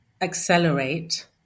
accelerate